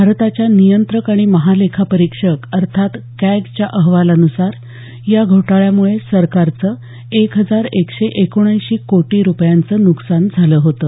भारताच्या नियंत्रक आणि महालेखा परिक्षक अर्थात कॅगच्या अहवालानुसार या घोटाळ्यामुळे सरकारचं एक हजार एकशे एकोणऐंशी कोटी रुपयांचं नुकसान झालं होतं